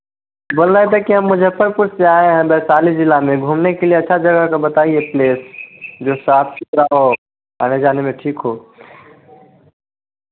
बोले रहे थे कि मुज़फ़्फ़रपुर से आएँ है वैशाली जिला में घूमने के लिए अच्छा जगह कोई बताईए प्लेस जो साफ़ सुथरा हो आने जाने में ठीक हो